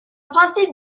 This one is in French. principe